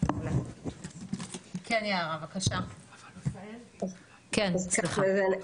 כן בבקשה, סליחה.